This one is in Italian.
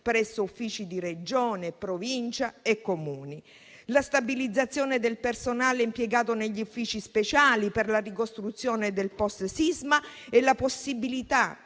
presso uffici di Regione, Provincia e Comuni, la stabilizzazione del personale impiegato negli uffici speciali per la ricostruzione del post-sisma e la possibilità,